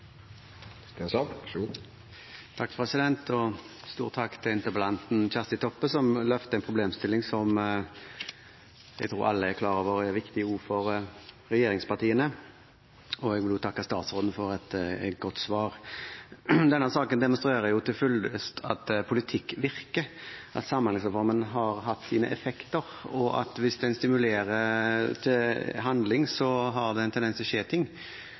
Stor takk til interpellanten, Kjersti Toppe, som løfter en problemstilling som jeg tror alle er klar over at er viktig også for regjeringspartiene. Jeg vil også takke statsråden for et godt svar. Denne saken demonstrerer jo til fulle at politikk virker, at samhandlingsreformen har hatt sine effekter, og at hvis en stimulerer til handling, har det en tendens til å skje ting.